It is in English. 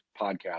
podcast